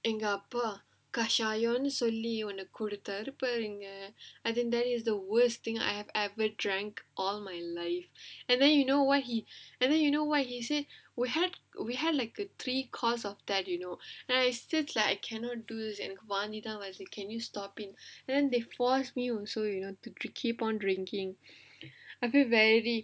எங்க அப்பா கஷாயம்னு சொல்லி ஒன்னு கொடுத்தாரு பாருங்க:enga appa kashaayamnu solli onnu koduthaaru paarunga and then there is the worst thing I have ever drank all my life and then you know what he and then you know what he said we had we had like a three course of that you know I stood like I cannot do this எனக்கு வாந்திதா வருது:enakku vaandhithaa varuthu can you stop it and then they force me also you know to to keep on drinking I feel very